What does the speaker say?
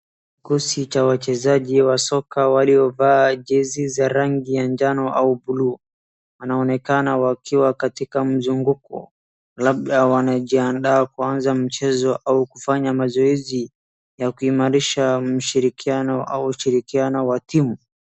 Kikosi cha wachezaji wa soka waliovaa jezi za rangi ya njano au blue wanaonekana wakiwa katika mzunguko labda wanajiandaa kuanza mchezo au kufanya mazoezi ya kuimarisha mshirikiano au ushirikiano wa timu.